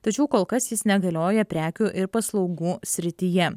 tačiau kol kas jis negalioja prekių ir paslaugų srityje